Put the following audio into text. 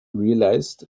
realized